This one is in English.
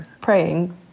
Praying